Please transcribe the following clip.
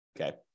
Okay